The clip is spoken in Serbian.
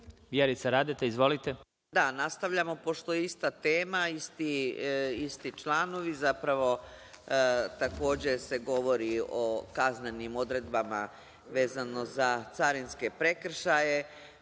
**Vjerica Radeta** Da, nastavljamo, pošto je ista tema, isti članovi. Zapravo, takođe se govori o kaznenim odredbama vezano za carinske prekršaje,